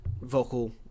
vocal